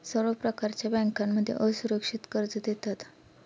सर्व प्रकारच्या बँकांमध्ये असुरक्षित कर्ज देतात